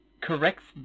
corrects